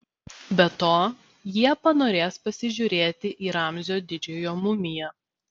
be to jie panorės pasižiūrėti į ramzio didžiojo mumiją